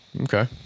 Okay